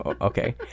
Okay